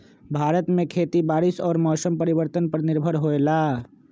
भारत में खेती बारिश और मौसम परिवर्तन पर निर्भर होयला